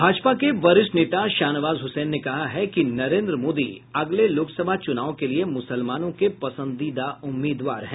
भाजपा के वरिष्ठ नेता शाहनवाज हुसैन ने कहा है कि नरेंद्र मोदी अगले लोकसभा चुनाव के लिए मुसलमानों के पसंदीदा उम्मीदवार हैं